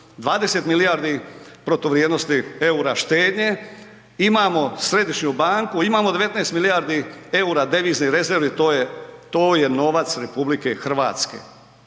20 milijardi protuvrijednosti eura štednje, imamo središnju banku, imamo 19 milijardi eura deviznih rezervi to je novac RH. Dakle,